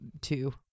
two